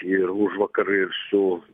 ir užvakar ir su